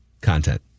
Content